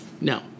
No